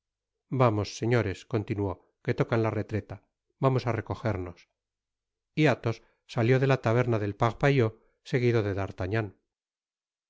vamos señores continuó que tocan la retreta vamos á recejernos i y athos salió de la taberna del parpaillot seguido de